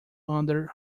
under